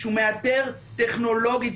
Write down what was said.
שהוא מאתר טכנולוגית,